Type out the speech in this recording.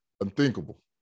Unthinkable